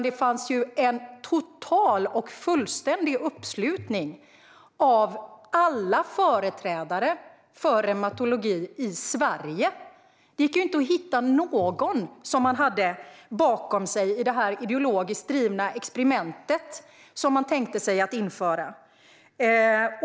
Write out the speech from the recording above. Det fanns ju en total och fullständig uppslutning av alla företrädare för reumatologi i Sverige. Det gick inte att hitta någon som ställde sig bakom det ideologiskt drivna experimentet som man tänkte sig att införa.